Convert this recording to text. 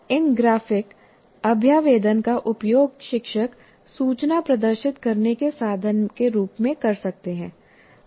इन graphic अभ्यावेदन का उपयोग शिक्षक सूचना प्रदर्शित करने के साधन के रूप में कर सकते हैं कक्षा में